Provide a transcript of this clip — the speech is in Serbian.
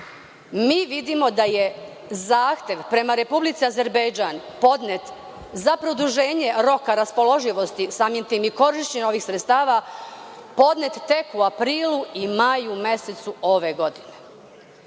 Mi vidimo da je zahtev prema Republici Azerbejdžan za produženje roka raspoloživosti, samim tim i korišćenje ovih sredstava podnet tek u aprilu i maju mesecu ove godine.